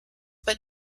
but